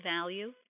value